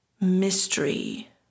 mystery